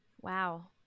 Wow